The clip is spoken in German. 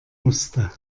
musste